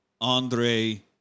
Andre